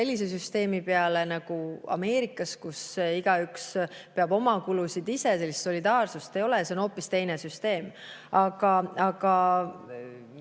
sellise süsteemi peale nagu Ameerikas, kus igaüks peab oma kulusid ise kandma. Seal sellist solidaarsust ei ole, see on hoopis teine süsteem. Aga